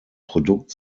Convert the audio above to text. produkt